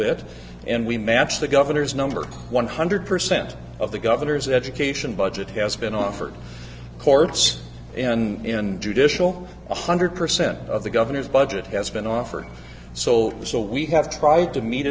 bit and we matched the governor's number one hundred percent of the governor's education budget has been offered courts and in judicial one hundred percent of the governor's budget has been offered so so we have tried to meet